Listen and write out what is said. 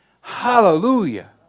Hallelujah